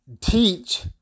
teach